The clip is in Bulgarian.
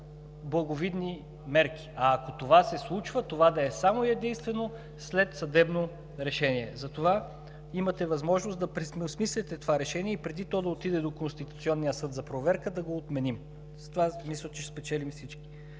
благовидни мерки. А ако това се случва, да е само и единствено след съдебно решение. Затова имате възможност да преосмислите това решение и преди то да отиде до Конституционния съд за проверка, да го отменим. С това мисля, че ще спечелим всички.